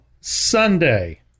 Sunday